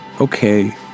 okay